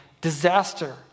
Disaster